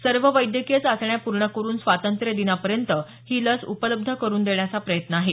सर्व वैद्यकीय चाचण्या पूर्ण करून स्वातंत्र्यदिनापर्यंत ही लस उपलब्ध करून देण्याचा प्रयत्न आहे